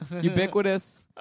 Ubiquitous